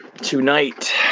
Tonight